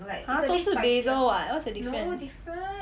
!huh! 都是 basil what what's the difference